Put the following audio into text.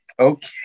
okay